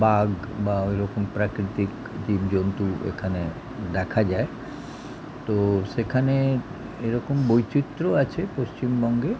বাঘ বা ওই রকম প্রাকৃতিক জীবজন্তু এখানে দেখা যায় তো সেখানে এরকম বৈচিত্র্যও আছে পশ্চিমবঙ্গে